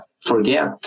forget